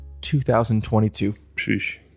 2022